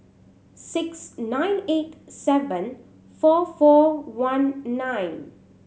six nine eight seven four four one nine